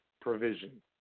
provision